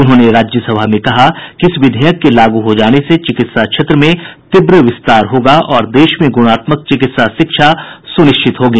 उन्होंने राज्यसभा में कहा कि इस विधेयक के लागू हो जाने से चिकित्सा क्षेत्र में तीव्र विस्तार होगा और देश में गुणात्मक चिकित्सा शिक्षा सुनिश्चित होगी